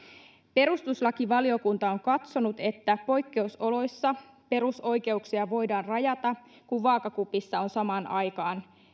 perustuslakivaliokunta on katsonut että poikkeusoloissa perusoikeuksia voidaan rajata kun vaakakupissa samaan aikaan